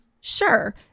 sure